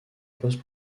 post